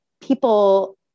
People